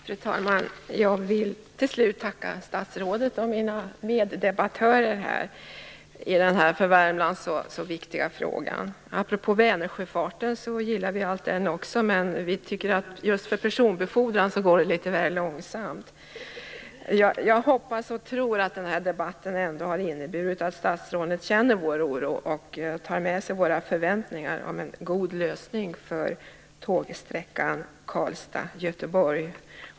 Fru talman! Jag vill till sist tacka statsrådet och mina meddebattörer i den här för Värmland så viktiga frågan. Apropå Vänersjöfarten vill jag säga att vi gillar den också, men vi tycker att den går litet väl långsamt för personbefordran. Jag hoppas och tror att den här debatten har inneburit att statsrådet känner vår oro och tar med sig våra förväntningar om en god lösning för tågsträckan Karlstad-Göteborg.